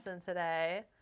today